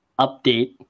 update